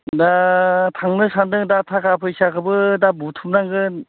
दा थांनो सानदों दा थाखा फैसाखौबो दा बुथुम नांगोन